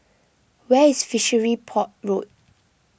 where is Fishery Port Road